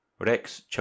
Rex